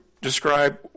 describe